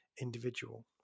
individual